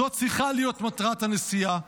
זו צריכה להיות מטרת הנסיעה.